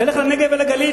תלך לנגב ולגליל,